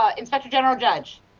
ah inspector general judge?